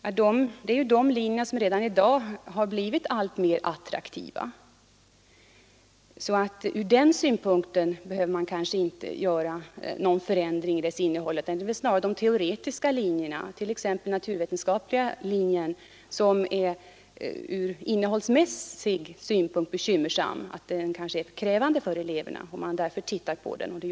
De yrkesinriktade linjerna, slutligen, blir alltmera attraktiva, så ur den synpunkten behöver man kanske inte göra någon förändring i deras innehåll. Det behöver snarare göras beträffande de teoretiska linjerna, t.ex. den naturvetenskapliga linjen — som ur innehållsmässig synpunkt inger bekymmer. Den kanske är för krävande för eleverna, och därför tittar SÖ nu på den.